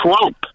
Trump